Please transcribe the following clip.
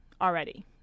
already